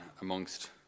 amongst